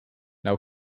now